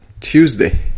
Tuesday